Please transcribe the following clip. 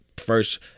first